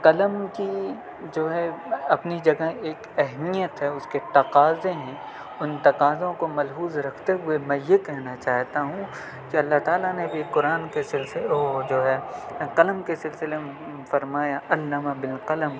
قلم کی جو ہے اپنی جگہ ایک اہمیت ہے اس کے تقاضے ہیں ان تقاضوں کو ملحوظ رکھتے ہوئے میں یہ کہنا چاہتا ہوں کہ اللہ تعالیٰ نے بھی قرآن کے سلسلے او جو ہے قلم کے سلسلے فرمایا علم بالقلم